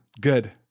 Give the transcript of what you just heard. good